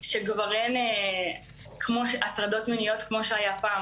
שכבר אין הטרדות מיניות כמו שהיו פעם.